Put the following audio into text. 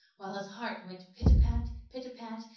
while his heart went pit-a-pat, pit-a-pat,